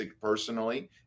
personally